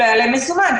לא היה להם מזומן,